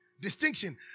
Distinction